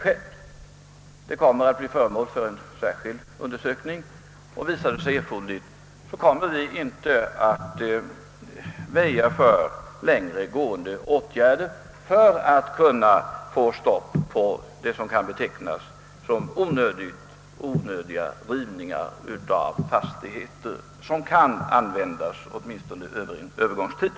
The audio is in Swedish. Detta kommer att bli föremål för en särskild under sökning, och visar det sig erforderligt kommer vi inte att väja för längre gående åtgärder för att få ett stopp på det som kan betecknas som onödiga rivningar av fastigheter, d.v.s. rivningar av fastigheter som kan användas åtminstone under en övergångstid.